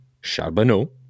Charbonneau